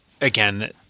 again